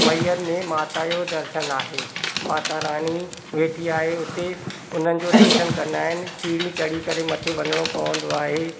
महियर में माता जो दर्शन आहे माता रानी वेठी आहे उते उन्हनि जो दर्शन कंदा आहिनि सीढ़ी चढ़ी करे मथे वञिणो पवंदो आहे